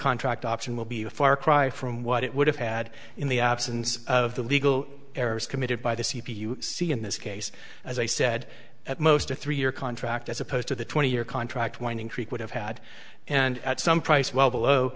contract option will be a far cry from what it would have had in the absence of the legal errors committed by the c p u see in this case as i said at most a three year contract as opposed to the twenty year contract winding creek would have had and at some price well below